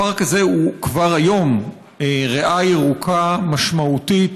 הפארק הזה הוא כבר היום ריאה ירוקה משמעותית